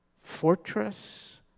fortress